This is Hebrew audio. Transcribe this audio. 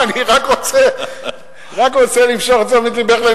אני רק רוצה למשוך את תשומת לבך.